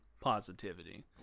positivity